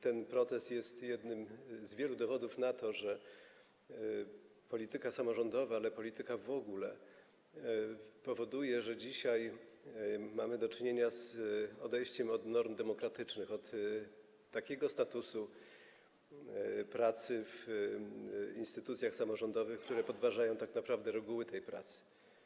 Ten protest jest jednym z wielu dowodów na to, że polityka samorządowa, ale i polityka w ogóle powoduje, że dzisiaj mamy do czynienia z odejściem od norm demokratycznych, od takiego statusu pracy w instytucjach samorządowych, co podważa tak naprawdę reguły tej pracy.